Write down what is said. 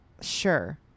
Sure